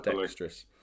dexterous